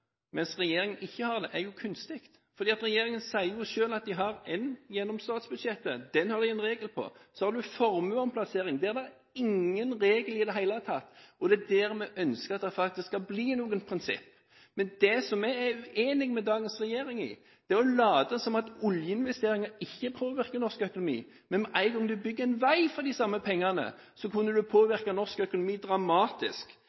mens regjeringen ikke har det, er jo kunstig, for regjeringen sier selv at de har én gjennom statsbudsjettet, og den har de en regel på. Så har du formuesomplassering. Der er det ingen regler i det hele tatt, og det er der vi ønsker at det faktisk skal bli noen prinsipper. Men det jeg er uenig med dagens regjering i, er å late som om oljeinvesteringer ikke påvirker norsk økonomi – men med en gang man bygger en vei for de samme pengene,